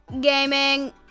Gaming